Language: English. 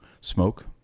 smoke